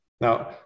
now